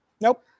Nope